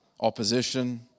opposition